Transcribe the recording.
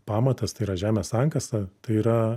pamatas tai yra žemės sankasa tai yra